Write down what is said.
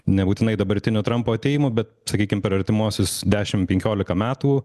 nebūtinai dabartiniu trampo atėjimu bet sakykim per artimiausius dešim penkiolika metų